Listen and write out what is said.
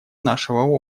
нашего